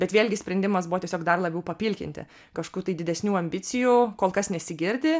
bet vėlgi sprendimas buvo tiesiog dar labiau papilkinti kažkokių tai didesnių ambicijų kol kas nesigirdi